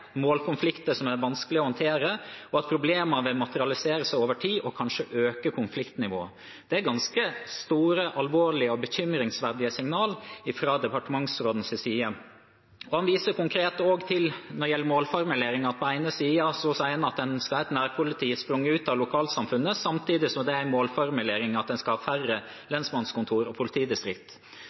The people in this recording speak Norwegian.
målkonflikter som er vanskelig å håndtere, og at problemene vil materialisere seg over tid og kanskje øke konfliktnivået. Det er ganske store, alvorlige og bekymringsfulle signaler fra departementsrådens side. Han viser også konkret til når det gjelder målformuleringene, at på den ene siden sier man at man skal ha et nærpoliti sprunget ut av lokalsamfunnet, samtidig som det er en målformulering at man skal ha færre lensmannskontorer og